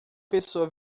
pessoa